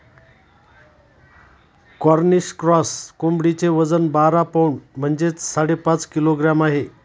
Cornish cross कोंबडीचे वजन बारा पौंड म्हणजेच साडेपाच किलोग्रॅम आहे